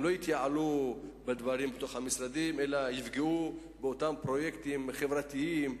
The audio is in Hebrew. הם לא יגרמו להתייעלות בתוך המשרדים אלא יפגעו בפרויקטים חברתיים,